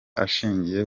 ashingiye